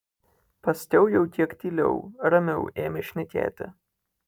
paskiau jau kiek tyliau ramiau ėmė šnekėti